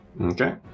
Okay